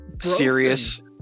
serious